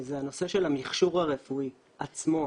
וזה הנושא של המכשור הרפואי עצמו,